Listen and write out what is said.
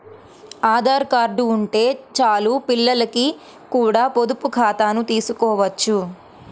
Aadhaar card ఉంటే చాలు పిల్లలకి కూడా పొదుపు ఖాతాను తీసుకోవచ్చు